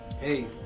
hey